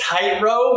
tightrope